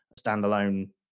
standalone